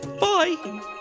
Bye